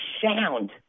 sound